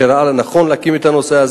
שראה לנכון להקים את זה,